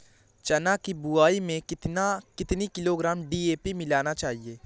चना की बुवाई में कितनी किलोग्राम डी.ए.पी मिलाना चाहिए?